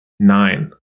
Nine